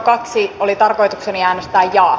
tarkoitukseni oli äänestää jaa